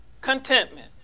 Contentment